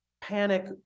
panic-